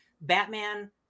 Batman